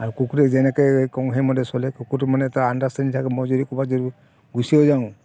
আৰু কুকুৰে যেনেকৈ কওঁ সেই মতে চলে কুকুৰটোক মানে এটা আণ্ডাৰ্ষ্টেণ্ডিং থাকে মই যদি ক'ৰবাত যদি গুচিও যাওঁ